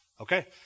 Okay